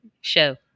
Show